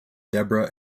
debra